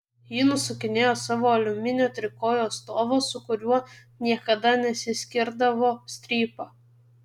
ji nusukinėjo savo aliumininio trikojo stovo su kuriuo niekada nesiskirdavo strypą